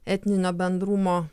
etninio bendrumo